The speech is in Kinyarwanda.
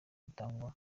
bitangwa